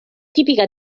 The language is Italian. tipica